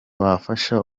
wafasha